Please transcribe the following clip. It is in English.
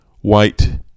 white